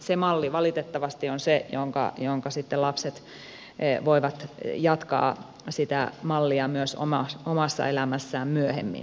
se malli valitettavasti on se jota lapset voivat jatkaa myös omassa elämässään myöhemmin